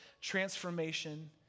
transformation